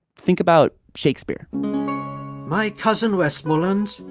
think about shakespeare my cousin westmoreland?